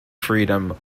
freedom